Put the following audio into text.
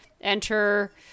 enter